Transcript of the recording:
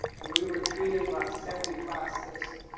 we were treated like second class citizens.